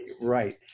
Right